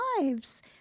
lives